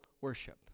worship